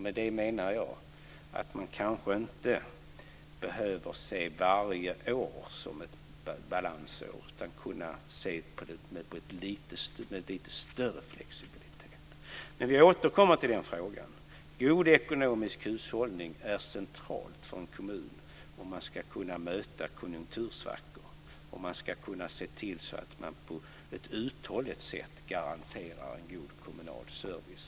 Med det menar jag att man kanske inte behöver se varje år som ett balansår, utan kan se det med lite större flexibilitet. Vi återkommer till den frågan. God ekonomisk hushållning är centralt för en kommun om man ska kunna möta konjunktursvackor och om man ska kunna se till att på ett uthålligt sätt garantera en god kommunal service.